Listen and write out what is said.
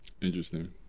Interesting